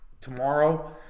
tomorrow